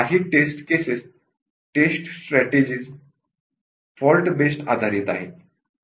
काही test cases test strategy fault based आहेत